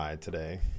today